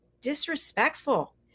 disrespectful